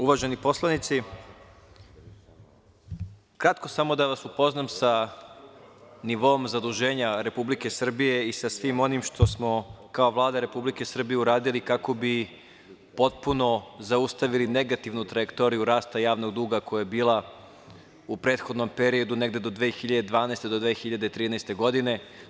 Uvaženi poslanici, kratko samo da vas upoznam sa nivoom zaduženja Republike Srbije i sa svim onim što smo kao Vlada Republike Srbije uradili kako bi potpuno zaustavili negativnu trajektoriju rasta javnog duga koja je bila u prethodnom periodu negde do 2012, do 2013. godine.